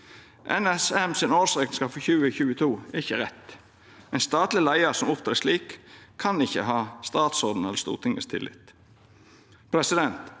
NSM sin årsrekneskap for 2022 er ikkje rett. Ein statleg leiar som opptrer slik, kan ikkje ha statsrådens eller Stortingets tillit. Det